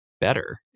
better